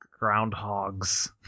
groundhogs